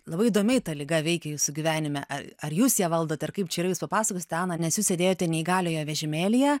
labai įdomiai ta liga veikia jūsų gyvenime ar ar jūs ją valdot ar kaip čia yra ar jūs papasakosite ana nes jūs sėdėjote neįgaliojo vežimėlyje